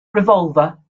revolver